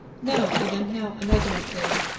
no, i don't know, and i don't care.